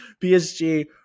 PSG